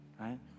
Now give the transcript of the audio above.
right